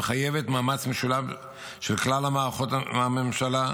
המחייבת מאמץ משולב של כלל מערכות הממשלה,